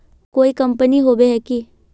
कोई कंपनी होबे है की?